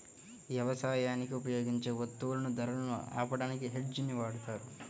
యవసాయానికి ఉపయోగించే వత్తువుల ధరలను ఆపడానికి హెడ్జ్ ని వాడతారు